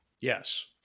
Yes